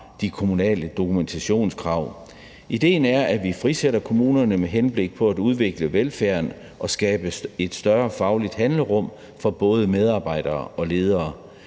de kommunale dokumentationskrav. Idéen er, at vi frisætter kommunerne med henblik på at udvikle velfærden og skabe et større fagligt handlerum for både medarbejdere og ledere.